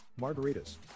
margaritas